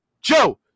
Joe